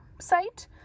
site